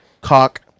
cock